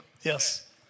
yes